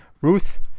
Ruth